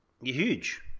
Huge